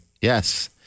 Yes